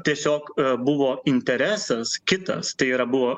tiesiog buvo interesas kitas tai yra buvo